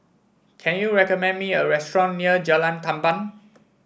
can you recommend me a restaurant near Jalan Tamban